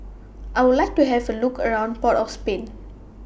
I Would like to has A Look around Port of Spain